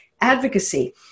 advocacy